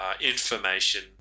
information